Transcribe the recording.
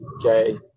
Okay